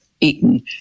eaten